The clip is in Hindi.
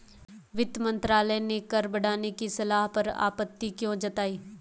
वित्त मंत्रालय ने कर बढ़ाने की सलाह पर आपत्ति क्यों जताई?